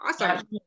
Awesome